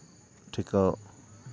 ᱴᱤᱠᱟᱹ